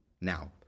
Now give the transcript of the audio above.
now